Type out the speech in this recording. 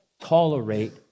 tolerate